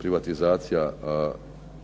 privatizacija